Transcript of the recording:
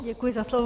Děkuji za slovo.